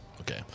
Okay